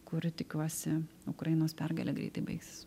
kuri tikiuosi ukrainos pergale greitai baigsis